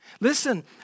Listen